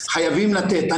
חייבים לתת.